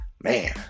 Man